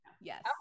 Yes